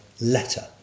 letter